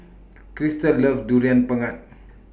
Kristal loves Durian Pengat